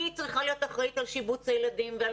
היא צריכה להיות אחראית על שיבוץ הילדים ועל